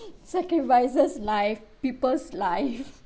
sacrifices life people's life